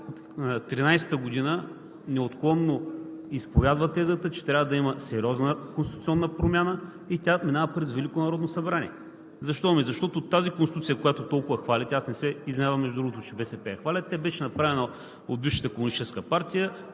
2013 г. ВМРО неотклонно изповядва тезата, че трябва да има сериозна конституционна промяна и тя минава през Велико народно събрание. Защо? Защото тази конституция, която толкова хвалите – аз не се изненадвам, между другото, че БСП я хвалят, беше направена от бившата